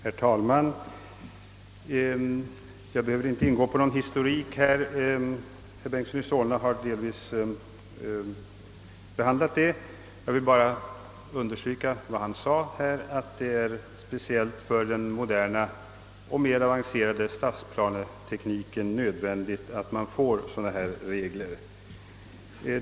Herr talman! Jag behöver inte ingå på någon historik — herr Bengtson i Solna har redan givit en sådan. Jag vill endast understryka vad han sade att det speciellt för den moderna och mera avancerade stadsplanetekniken är nödvändigt med sådana här regler.